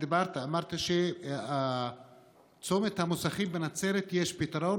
אמרת שבצומת המוסכים בנצרת יש פתרון,